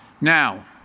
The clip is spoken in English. Now